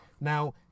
Now